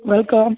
welcome